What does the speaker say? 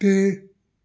ਤੇ